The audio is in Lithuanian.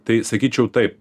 tai sakyčiau taip